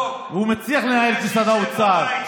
הוא מצליח לנהל את משרד האוצר,